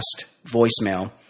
voicemail